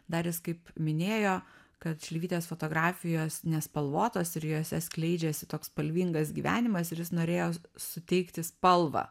dar jis kaip minėjo kad šleivytės fotografijos nespalvotos ir jose skleidžiasi toks spalvingas gyvenimas ir jis norėjo su suteikti spalvą